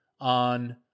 on